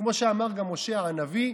וכמו שאמר גם הושע הנביא,